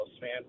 man